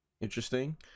Interesting